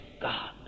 God